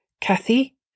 Kathy